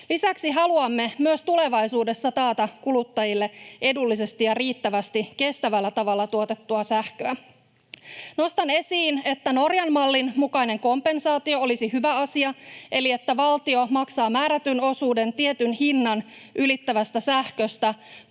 Lisäksi haluamme myös tulevaisuudessa taata kuluttajille edullisesti ja riittävästi kestävällä tavalla tuotettua sähköä. Nostan esiin, että Norjan mallin mukainen kompensaatio olisi hyvä asia, eli että valtio maksaa määrätyn osuuden tietyn hinnan ylittävästä sähköstä